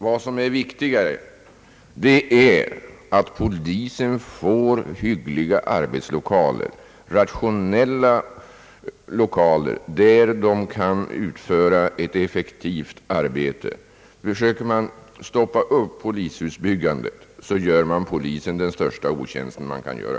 Vad som är viktigare är att polisen får rationella arbetslokaler, där polismännen kan utföra ett effektivt arbete. Försöker man stoppa upp polishusbyggandet, gör man polisen den största otjänst man kan göra.